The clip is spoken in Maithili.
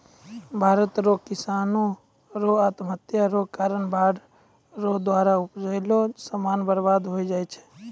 भारत रो किसानो रो आत्महत्या रो कारण बाढ़ रो द्वारा उपजैलो समान बर्बाद होय जाय छै